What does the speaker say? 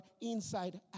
inside